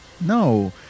No